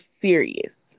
serious